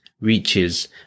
reaches